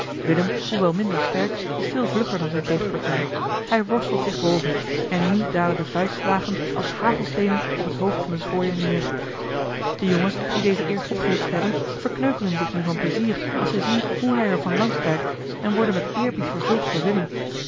willem roda minder sterk is veel vlugger dan zijne tegenpartij hij worstelt zich boven en nu dalen de vuistslagen als hagelsteenen op het hoofd van den schooier neer de jongens die dezen eerst opgehitst hebben verkneukelen zich nu van plezier als zij zien hoe hij er van langs krijgt en worden met eerbied vervuld voor willem